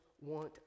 want